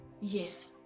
Yes